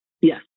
Yes